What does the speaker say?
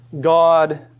God